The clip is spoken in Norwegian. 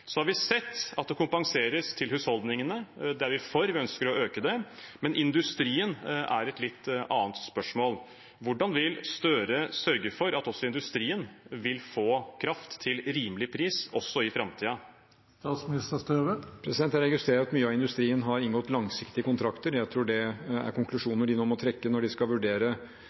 har sett at det kompenseres til husholdningene. Det er vi for, og vi ønsker å øke det. Men industrien er et litt annet spørsmål. Hvordan vil Støre sørge for at også industrien vil få kraft til en rimelig pris også i framtiden? Jeg registrerer at mye av industrien har inngått langsiktige kontrakter. Jeg tror det er konklusjoner de nå må trekke når de skal vurdere